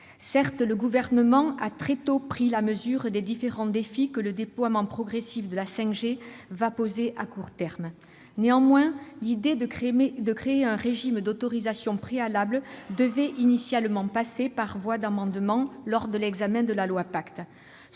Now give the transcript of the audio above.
Certes, le Gouvernement a très tôt pris la mesure des différents défis que le déploiement progressif de la 5G posera à court terme. Néanmoins, l'idée de créer un régime d'autorisation préalable devait initialement passer par voie d'amendement lors de l'examen du projet